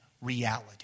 reality